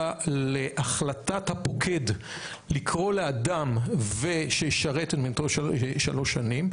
להחלטת הפוקד לקרוא לאדם שישרת שלוש שנים,